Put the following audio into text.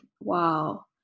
wow